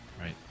Right